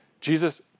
Jesus